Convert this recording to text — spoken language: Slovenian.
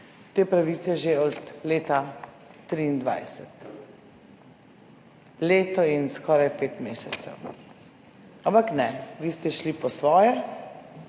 te pravice že od leta 2023 - leto in skoraj pet mesecev. Ampak ne, vi ste šli po svoje,